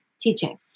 teaching